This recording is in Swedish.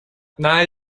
nej